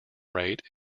rate